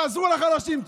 תעזרו לחלשים.